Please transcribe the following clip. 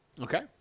Okay